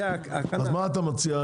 אז מה אתה מציע?